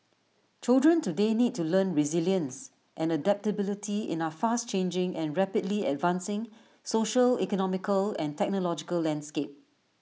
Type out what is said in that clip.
children today need to learn resilience and adaptability in our fast changing and rapidly advancing social economical and technological landscape